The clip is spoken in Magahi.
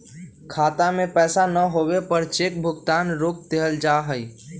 खाता में पैसा न होवे पर चेक भुगतान रोक देयल जा हई